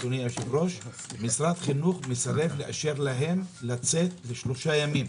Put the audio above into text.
אדוני היושב-ראש משרד החינוך מסרב לאשר להם לצאת לשלושה ימים.